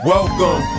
Welcome